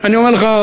אני אומר לך: